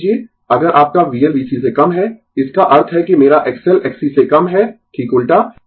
मान लीजिए अगर आपका VL VC से कम है इसका अर्थ है कि मेरा XL Xc से कम है ठीक उल्टा